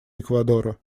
эквадора